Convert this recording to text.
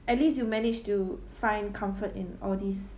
at least you manage to find comfort in all this